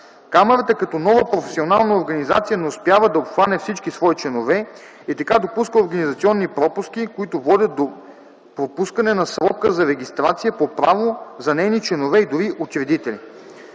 Камарата като нова професионална организация не успява да обхване всички свои членове и така допуска организационни пропуски, които водят до пропускане на срока за регистрация по право за нейни членове и дори учредители.